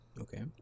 okay